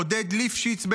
עודד ליפשיץ,